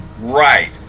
right